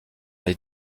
les